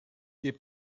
keer